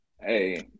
Hey